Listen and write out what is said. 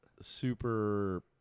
super